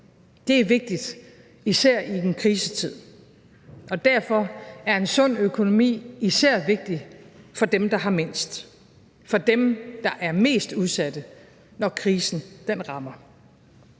Det er vigtigt – især i en krisetid. Derfor er en sund økonomi især vigtig for dem, der har mindst, dem, der er mest udsatte, når krisen rammer.